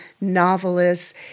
novelists